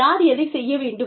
யார் எதைச் செய்ய வேண்டும்